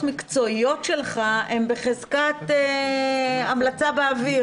מקצועיות שלך הן בחזקת המלצה באוויר.